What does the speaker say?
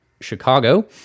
Chicago